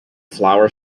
flower